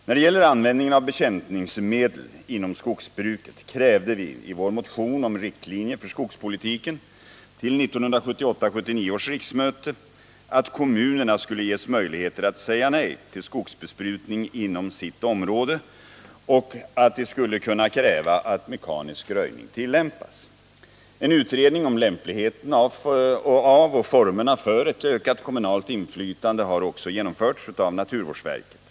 När det gäller användningen av bekämpningsmedel inom skogsbruket krävde vi i vår motion om riktlinjer för skogspolitiken till 1978/79 års riksmöte att kommunerna skulle ges möjligheter att säga nej till skogsbesprutning inom sitt område och att de skulle kunna kräva att mekanisk röjning tillämpas. En utredning om lämpligheten av och formerna för ett ökat kommunalt inflytande har också genomförts av naturvårdsverket.